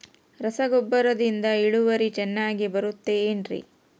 ರಸಗೊಬ್ಬರದಿಂದ ಇಳುವರಿ ಚೆನ್ನಾಗಿ ಬರುತ್ತೆ ಏನ್ರಿ?